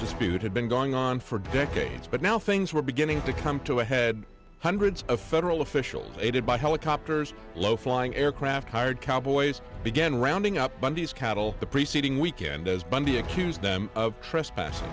dispute had been going on for decades but now things were beginning to come to a head hundreds of federal officials aided by helicopters low flying aircraft hired cowboys began rounding up bundy's cattle the preceding weekend as bundy accused them of trespassing